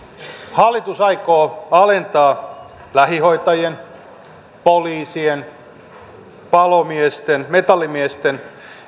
hallitus aikoo alentaa lähihoitajien poliisien palomiesten metallimiesten